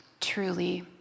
Truly